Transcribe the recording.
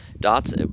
Dots